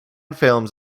films